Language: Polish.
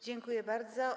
Dziękuję bardzo.